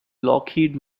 lockheed